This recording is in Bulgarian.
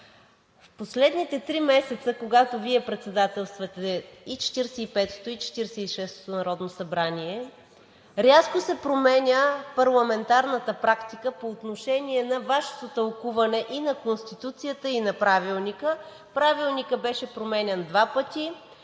В последните три месеца, когато Вие председателствате и 45-ото, и 46-ото народно събрание, рязко се променя парламентарната практика по отношение на Вашето тълкуване и на Конституцията, и на Правилника. Правилникът беше променян два пъти